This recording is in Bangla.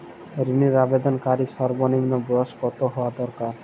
ঋণের আবেদনকারী সর্বনিন্ম বয়স কতো হওয়া দরকার?